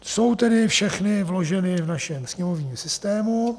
Jsou tedy všechny vloženy v našem sněmovním systému.